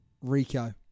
Rico